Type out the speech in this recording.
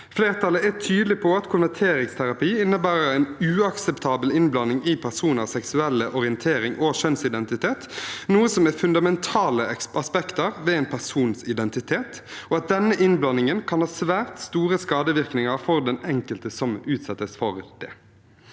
Flertallet er tydelig på at konverteringsterapi innebærer en uakseptabel innblanding i personers seksuelle orientering og kjønnsidentitet, noe som er fundamentale aspekter ved en persons identitet, og at denne innblandingen kan ha svært store skadevirkninger for den enkelte som utsettes for det.